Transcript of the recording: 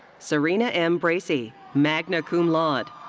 syrena m. bracey, magna cum laude.